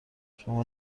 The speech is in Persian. شما